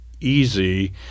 easy